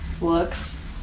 looks